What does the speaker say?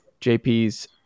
JP's